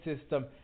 system